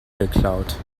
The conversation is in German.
geklaut